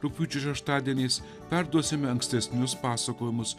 rugpjūčio šeštadieniais perduosime ankstesnius pasakojimus